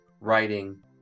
writing